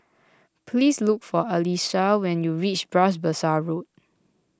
please look for Elisha when you reach Bras Basah Road